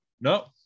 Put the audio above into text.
No